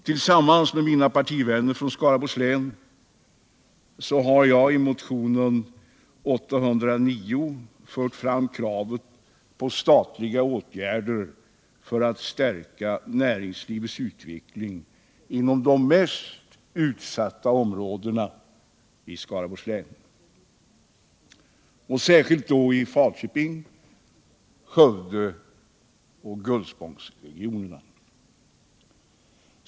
Tillsammans med mina partivänner från Skaraborgs län har jag i motionen 809 fört fram kravet på statliga åtgärder för att stärka näringslivets utveckling inom de mest utsatta områdena i vårt hemlän, särskilt då i Falköpings-, Skövdeoch Gullspångsregionerna.